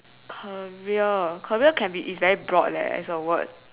career career can be it's very broad leh as a word